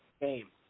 game